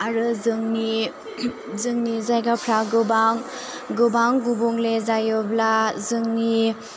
आरो जोंनि जोंनि जायगाफ्रा गोबां गोबां गुबुंले जायोब्ला जोंनि